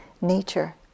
nature